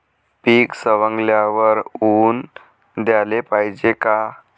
पीक सवंगल्यावर ऊन द्याले पायजे का?